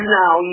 now